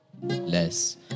less